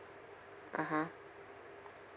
(uh huh)